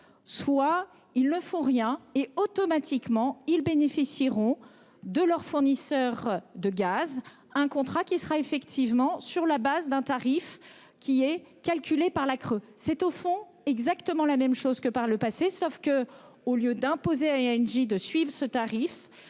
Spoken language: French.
Soit ils ne font rien et automatiquement, ils bénéficieront de leur fournisseur de gaz, un contrat qui sera effectivement sur la base d'un tarif qui est calculé par l'creux, c'est au fond exactement la même chose que par le passé sauf que au lieu d'imposer à Engie de suivre ce tarif